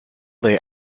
they